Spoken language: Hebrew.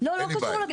אין לי בעיה.